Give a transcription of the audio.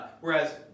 whereas